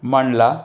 Mandla